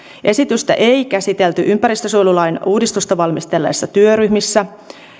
esitystä ei käsitelty ympäristönsuojelulain uudistusta valmistelleissa työryhmissä